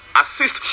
assist